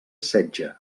setge